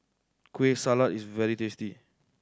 Kueh Salat is very tasty